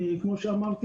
כמו שאמרתי,